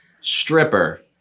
stripper